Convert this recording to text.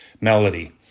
melody